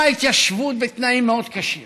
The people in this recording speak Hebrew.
גם ההתיישבות בתנאים מאוד קשים: